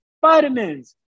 vitamins